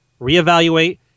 reevaluate